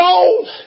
old